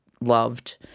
loved